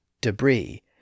debris